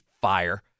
fire